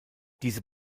diese